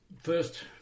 first